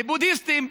לבודהיסטים,